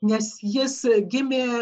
nes jis gimė